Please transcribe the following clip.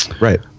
right